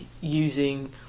using